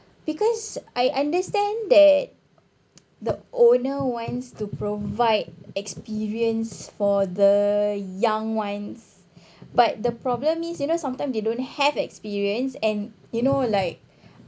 because I understand that the owner wants to provide experience for the young ones but the problem is you know sometime they don't have experience and you know like